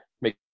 make